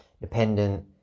dependent